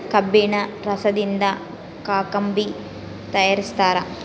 ಕಬ್ಬಿಣ ರಸದಿಂದ ಕಾಕಂಬಿ ತಯಾರಿಸ್ತಾರ